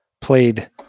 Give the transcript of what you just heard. played